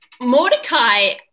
mordecai